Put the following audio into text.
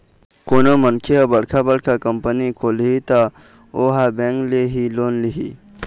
कोनो मनखे ह बड़का बड़का कंपनी खोलही त ओहा बेंक ले ही लोन लिही